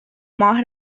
ماه